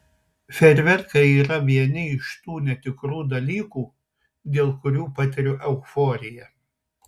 fejerverkai yra vieni iš tų netikrų dalykų dėl kurių patiriu euforiją